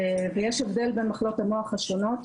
יש הבדל בין מחלות המוח השונות,